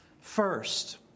First